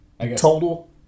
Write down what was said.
Total